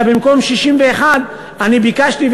אלא במקום 61 אני ביקשתי,